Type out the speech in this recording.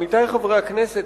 עמיתי חברי הכנסת,